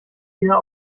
wieder